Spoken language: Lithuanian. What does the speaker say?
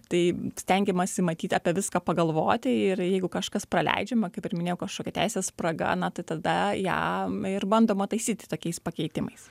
tai stengiamasi matyt apie viską pagalvoti ir jeigu kažkas praleidžiama kaip ir minėjau kažkokia teisės spraga na tai tada ją ir bandoma taisyti tokiais pakeitimais